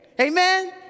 amen